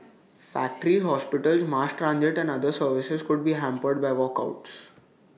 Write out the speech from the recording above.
factories hospitals mass transit and other services could be hampered by walkouts